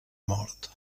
mort